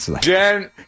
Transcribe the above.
Jen